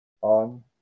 on